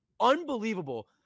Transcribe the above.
unbelievable